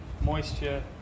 moisture